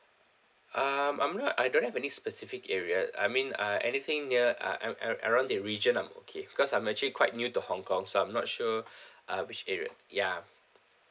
um I'm not I don't have any specific area I mean uh anything near uh a~ a~ around that region I'm okay because I'm actually quite new to hong kong so I'm not sure uh which area ya